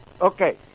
Okay